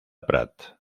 prat